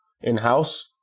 in-house